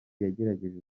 yagerageje